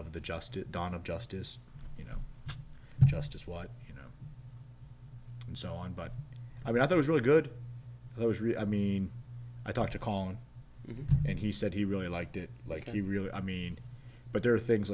of the justice done of justice you know justice what you know and so on but i mean i was really good i was really i mean i talked to call him and he said he really liked it like he really i mean but there are things